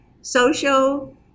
Social